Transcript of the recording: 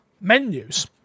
menus